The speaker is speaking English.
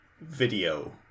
video